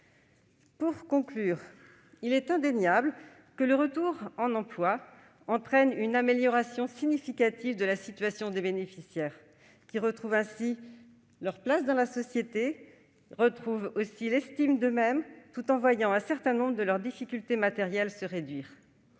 Pour conclure, il est indéniable que le retour en emploi entraîne une amélioration significative de la situation des bénéficiaires, qui retrouvent ainsi une place dans la société et l'estime d'eux-mêmes, tout en voyant un certain nombre de leurs difficultés matérielles se réduire.